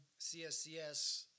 CSCS